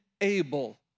able